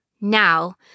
Now